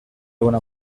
una